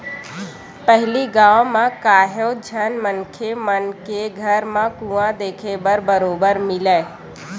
पहिली गाँव म काहेव झन मनखे मन के घर म कुँआ देखे बर बरोबर मिलय